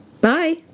Bye